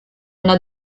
una